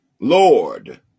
Lord